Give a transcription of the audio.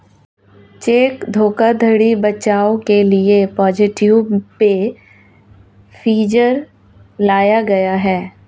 check धोखाधड़ी बचाव के लिए पॉजिटिव पे फीचर लाया गया है